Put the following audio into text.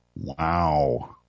wow